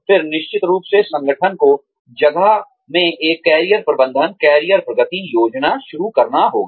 फिर निश्चित रूप से संगठन को जगह में एक कैरियर प्रबंधन कैरियर प्रगति योजना शुरू करना होगा